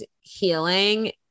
healing